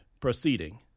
Proceeding